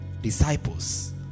disciples